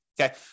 okay